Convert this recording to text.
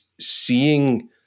seeing